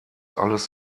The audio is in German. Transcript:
alles